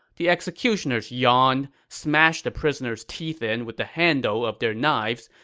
the executioners yawned, smashed the prisoners' teeth in with the handle of their knives,